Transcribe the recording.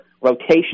rotation